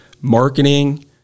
marketing